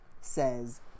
says